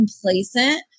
complacent